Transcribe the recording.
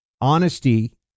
honesty